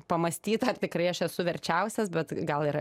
pamąstyt ar tikrai aš esu verčiausias bet gal yra